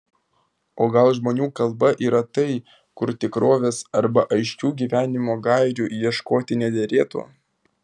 o gal žmonių kalba yra tai kur tikrovės arba aiškių gyvenimo gairių ieškoti nederėtų